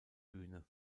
bühne